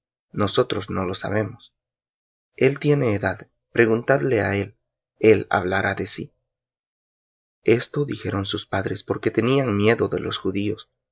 nosotros no lo sabemos él tiene edad preguntadle á él él hablará de sí esto dijeron sus padres porque tenían miedo de los judíos